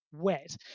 wet